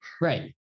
Right